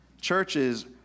churches